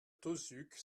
tauzuc